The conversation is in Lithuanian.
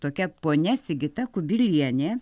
tokia ponia sigita kubilienė